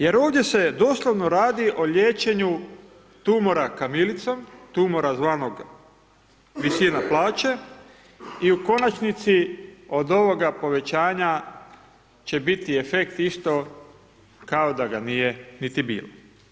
Jer ovdje se doslovno radi o liječenju tumora kamilicom, tumora zvanog visina plaće i u konačnici od ovoga povećanja će biti efekt isto kao da ga nije niti bilo.